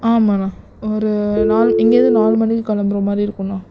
ஆமாண்ணா ஒரு நாலு இங்கிருந்து நாலு மணிக்கு கிளம்புற மாதிரி இருக்குண்ணா